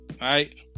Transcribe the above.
right